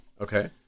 Okay